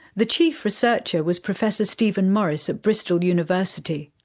the chief researcher was professor steven morris at bristol university.